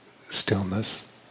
stillness